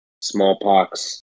Smallpox